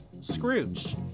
Scrooge